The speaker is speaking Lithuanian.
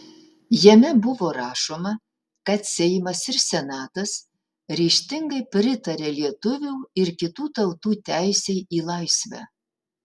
jame buvo rašoma kad seimas ir senatas ryžtingai pritaria lietuvių ir kitų tautų teisei į laisvę